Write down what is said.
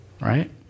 Right